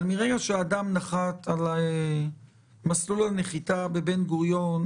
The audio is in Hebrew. אבל מרגע שאדם נחת על מסלול הנחיתה בבן גוריון,